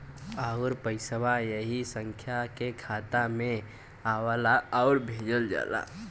आउर पइसवा ऐही संख्या के खाता मे आवला आउर भेजल जाला